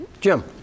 Jim